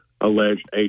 alleged